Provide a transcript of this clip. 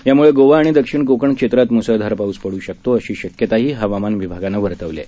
यामुळे गोवा आणि दक्षिण कोकण क्षेत्रात मुसळधार पाऊस पड् शकतो अशी शक्यताही हवामान विभागानं वर्तवली आहे